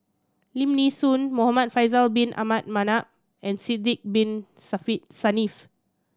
Lim Nee Soon Muhamad Faisal Bin Abdul Manap and Sidek Bin Saniff